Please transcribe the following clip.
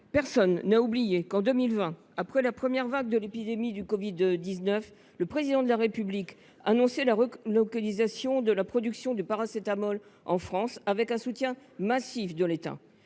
Personne n’a oublié que, en 2020, après la première vague de l’épidémie de covid 19, le Président de la République annonçait la relocalisation de la production de paracétamol en France avec un soutien massif de l’État.